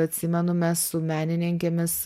atsimenu mes su menininkėmis